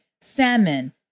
salmon